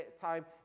time